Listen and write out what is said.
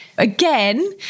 Again